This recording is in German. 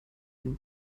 wenn